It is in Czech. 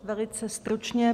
Velice stručně.